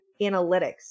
analytics